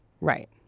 Right